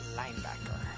linebacker